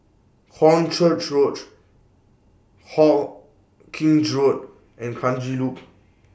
Hornchurch Roach Hawkinge Road and Kranji Loop